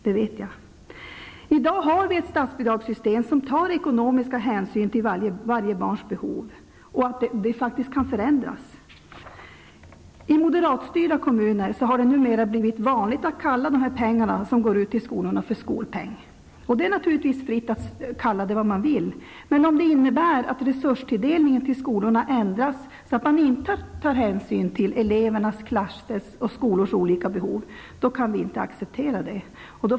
I dag har vi ett statsbidragssystem som innebär att man tar ekonomiska hänsyn till varje barns behov och till att det kan förändras. I moderatstyrda kommuner har det numera blivit vanligt att kalla dessa pengar som går ut till skolorna för skolpeng. Det är naturligtvis fritt att kalla det vad man vill, men om det innebär att resurstilldelningen till skolorna ändras, så att man inte tar hänsyn till elevers, klassers och skolors olika behov, kan vi inte acceptera detta.